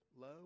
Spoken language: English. low